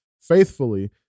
faithfully